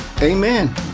Amen